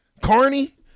Carney